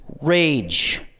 rage